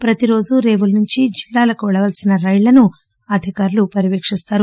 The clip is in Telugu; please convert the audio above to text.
ప్రతి రోజు రేవుల నుంచి జిల్లాలకు వెళ్లాల్పిన రైళ్లను అధికారులు పర్యవేక్షిస్తారు